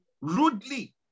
rudely